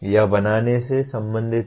यह बनाने से संबंधित है